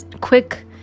quick